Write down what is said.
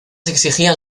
exigían